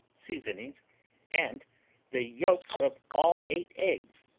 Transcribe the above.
seasonings and the yolks of all eight eggs,